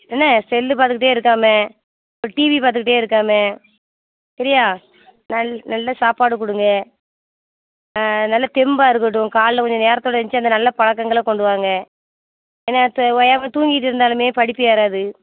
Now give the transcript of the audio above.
என்ன செல்லு பார்த்துக்கிட்டே இருக்காமல் ஒரு டிவி பார்த்துக்கிட்டே இருக்காமல் சரியா நல் நல்ல சாப்பாடு கொடுங்க நல்ல தெம்பாக இருக்கட்டும் காலையில் கொஞ்சம் நேரத்தோடு எழுந்ச்சி அந்த நல்ல பழக்கங்கள கொண்டு வாங்க என்ன த ஓயாமல் தூங்கிகிட்டு இருந்தாலுமே படிப்பு ஏறாது